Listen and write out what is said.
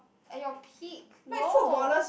at your peak no